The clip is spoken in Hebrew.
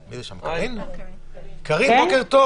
קארין, בוקר טוב.